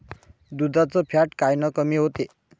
दुधाचं फॅट कायनं कमी होते?